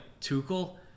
Tuchel